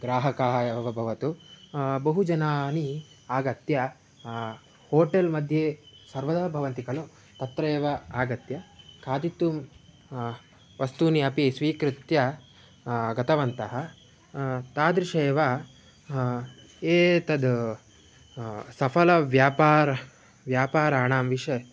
ग्राहकाः एव ब भवतु बहु जनानि आगत्य होटेल्मध्ये सर्वदा भवन्ति खलु तत्रेव आगत्य खादितुं वस्तूनि अपि स्वीकृत्य गतवन्तः तादृशमेव ए तद् सफलव्यापारः व्यापाराणां विषये